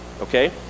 okay